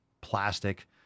plastic